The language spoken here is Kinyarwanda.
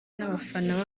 n’abafana